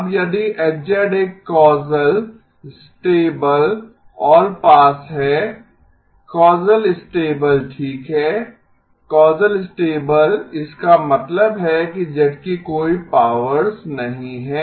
अब यदि H एक कॉसल स्टेबल ऑलपास है कॉसल स्टेबल ठीक है कॉसल स्टेबल इसका मतलब है कि z की कोई पावर्स नहीं हैं